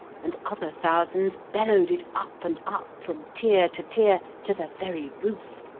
and other thousands bellowed it up and up from tier to tier to the very roof.